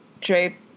drape